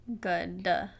good